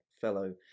fellow